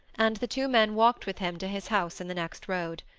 and the two men walked with him to his house in the next road.